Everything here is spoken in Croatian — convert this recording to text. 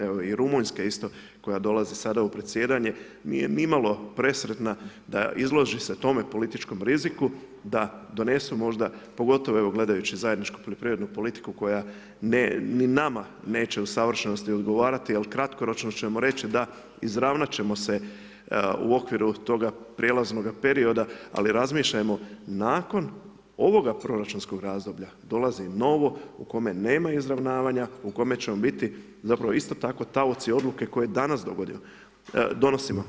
Evo i Rumunjska isto, koja dolazi sada u predsjedanje, nije ni malo presretna da izloži se tome političkom riziku, da donesu možda, ponovo evo gledajući zajedničku poljoprivrednu politiku koja ni nama neće u savršenosti odgovarati, ali kratkoročno ćemo reći, da izravnati ćemo se u okviru toga prijelaznoga perioda, ali razmišljamo nakon ovoga proračunskog razdoblja dolazi novo u kome nema izravnavanja, u kome ćemo biti isto tako taoci oduke koje danas donosimo.